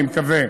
אני מקווה,